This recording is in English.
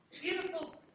beautiful